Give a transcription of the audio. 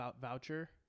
voucher